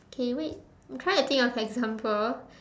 okay wait I'm trying to think of example